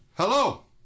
hello